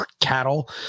cattle